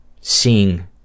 seeing